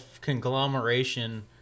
conglomeration